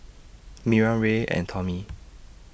Miriam Ray and Tommie